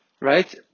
Right